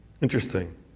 Interesting